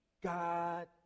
God